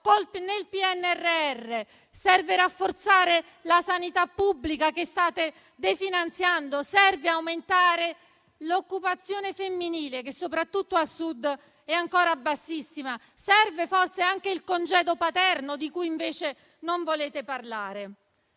nel PNRR; serve rafforzare la sanità pubblica, che state definanziando; serve aumentare l'occupazione femminile, che soprattutto al Sud è ancora bassissima; serve forse anche il congedo di paternità, di cui invece non volete parlare.